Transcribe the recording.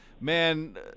man